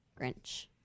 Grinch